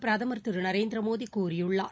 பிரதமர் திரு நரேந்திரமோடி கூறியுள்ளார்